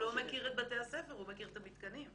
הוא לא מכיר את בתי הספר, הוא מכיר את המתקנים.